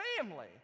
family